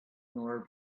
nor